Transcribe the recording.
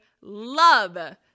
love